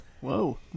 Whoa